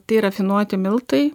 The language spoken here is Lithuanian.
tai rafinuoti miltai